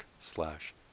slash